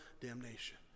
damnation